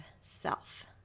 self